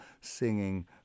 singing